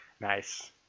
nice